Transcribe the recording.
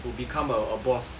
to become a a boss